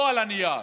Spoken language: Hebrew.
לא על הנייר,